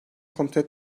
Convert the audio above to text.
kontrol